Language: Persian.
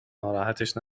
ناراحتش